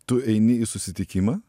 tu eini į susitikimą